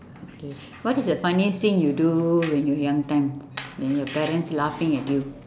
okay what is the funniest thing you do when you're young time and your parents laughing at you